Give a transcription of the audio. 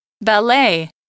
Ballet